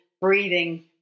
breathing